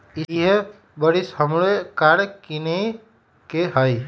इहे बरिस हमरो कार किनए के हइ